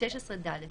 16(ד),